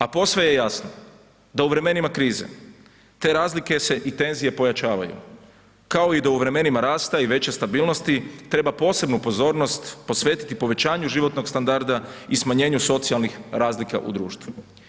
A posve je jasno da u vremenima krize, te razlike se i tenzije pojačavaju, kao i da u vremenima rasta i veće stabilnosti treba posebnu pozornost posvetiti povećanju životnog standarda i smanjenju socijalnih razlika u društvu.